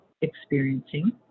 experiencing